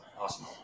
Awesome